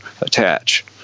attach